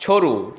छोड़ू